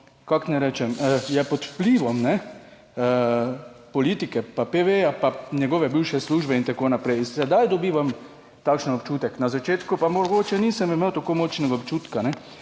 kako naj rečem, je pod vplivom politike pa PV-ja pa njegove bivše službe in tako naprej. Sedaj dobivam takšen občutek, na začetku pa mogoče nisem imel tako močnega občutka,